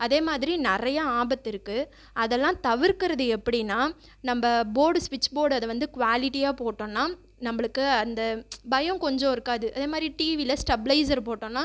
அதே மாதிரி நிறைய ஆபத்திருக்கு அதெல்லாம் தவிர்க்கிறது எப்படின்னா நம்ப போர்ட் ஸ்விட்ச் போர்ட் அதை வந்து க்வேலிட்டியாக போட்டோம்னா நம்பளுக்கு அந்த பயம் கொஞ்சம் இருக்காது அதே மாதிரி டிவியில் ஸ்டப்லைசர் போட்டோம்னா